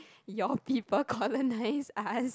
your people colonised us